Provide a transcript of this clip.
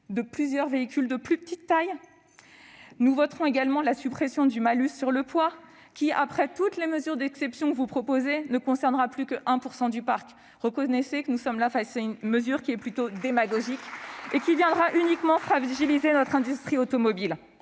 de plusieurs véhicules de plus petite taille ? Nous voterons également pour la suppression du malus sur le poids, qui, vu toutes les mesures d'exception que vous proposez, ne concernera que 1 % du parc- reconnaissez que nous sommes là face à une mesure démagogique, qui aura pour seule conséquence de fragiliser notre industrie automobile.